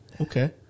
Okay